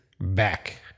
back